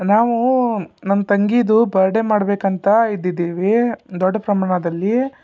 ನಾವು ನಮ್ಮ ತಂಗೀದು ಬರ್ಡೇ ಮಾಡಬೇಕಂತ ಇದ್ದಿದ್ದೀವಿ ದೊಡ್ಡ ಪ್ರಮಾಣದಲ್ಲಿ